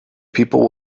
people